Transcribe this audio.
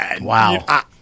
Wow